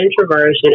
introversion